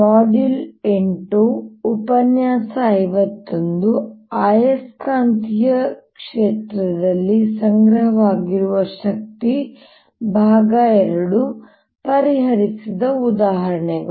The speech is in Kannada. ಆಯಸ್ಕಾಂತೀಯ ಕ್ಷೇತ್ರದಲ್ಲಿ ಸಂಗ್ರಹವಾಗಿರುವ ಶಕ್ತಿ II ಪರಿಹರಿಸಿದ ಉದಾಹರಣೆಗಳು